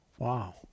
Wow